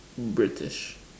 British